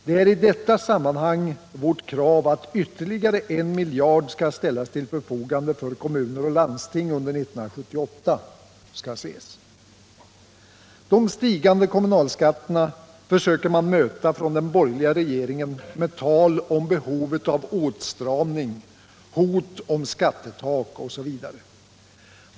Det är i detta sammanhang vårt krav att ytterligare 1 miljard skall ställas till förfogande för kommuner och landsting under 1978 skall ses. De stigande kommunalskatterna försöker den borgerliga regeringen möta med tal om behovet av åtstramning, hot om skattetak osv.